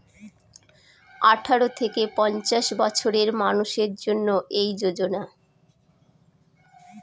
আঠারো থেকে পঞ্চাশ বছরের মানুষের জন্য এই যোজনা